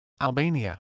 Albania